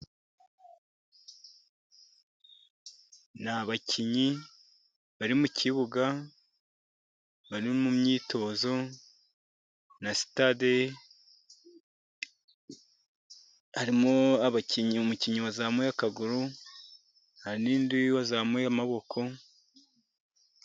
Ni abakinnyi bari mu kibuga bari mu myitozo, na sitade harimo abakinnyi, umukinnyi wazamuye akaguru hari n'undi wazamuye amaboko.